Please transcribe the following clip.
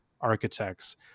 Architects